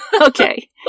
Okay